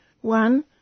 One